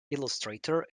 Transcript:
illustrator